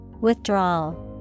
Withdrawal